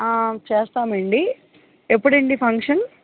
చేస్తామండి ఎప్పుడండి ఫంక్షన్